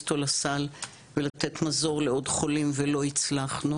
אותה לסל ולתת מזור לעוד חולים ולא הצלחנו,